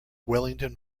wellington